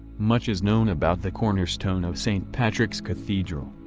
much is known about the cornerstone of st. patrick's cathedral.